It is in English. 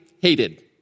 hated